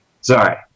sorry